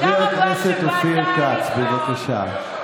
חבר הכנסת אופיר כץ, בבקשה,